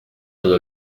todo